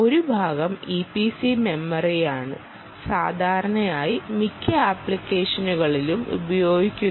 ഒരു ഭാഗം ഇപിസി മെമ്മറിയാണ് സാധാരണയായി മിക്ക ആപ്ലിക്കേഷനുകളിലും ഉപയോഗിക്കുന്നത്